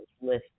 list